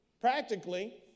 Practically